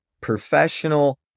professional